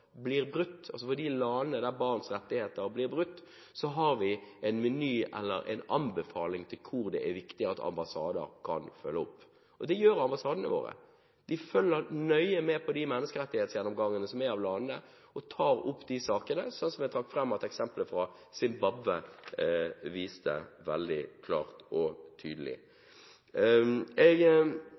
blir brutt, for de landene det gjelder, har en anbefaling om hvor det er viktig at ambassader kan følge opp. Det gjør ambassadene våre. De følger nøye med på de menneskerettighetsgjennomgangene som er av landene, og tar opp saker, som eksempelet jeg trakk fram fra Zimbabwe, viste veldig klart og tydelig. Jeg